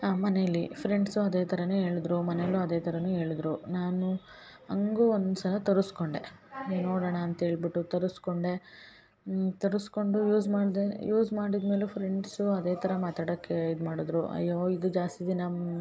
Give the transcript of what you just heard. ಆ ಮೆನೇಲಿ ಫ್ರೆಂಡ್ಸು ಅದೇ ಥರನೇ ಹೇಳ್ದ್ರು ಮನೇಲೂ ಅದೇ ಥರನು ಹೇಳ್ದ್ರು ನಾನು ಹಂಗೂ ಒಂದ್ಸಲ ತರಸ್ಕೊಂಡೆ ಅದೇ ನೋಡೋಣ ಅಂತ ಹೇಳ್ಬಿಟ್ಟು ತರಸ್ಕೊಂಡೆ ತರಸ್ಕೊಂಡು ಯೂಸ್ ಮಾಡದೇ ಯೂಸ್ ಮಾಡಿದ ಮೇಲು ಫ್ರೆಂಡ್ಸು ಅದೇ ಥರ ಮಾತಾಡೋಕೆ ಇದ್ಮಾಡಿದ್ದರೂ ಅಯ್ಯೋ ಇದು ಜಾಸ್ತಿ ದಿನಮ್